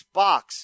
box